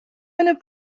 owner